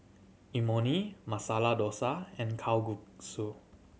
Imoni Masala Dosa and Kalguksu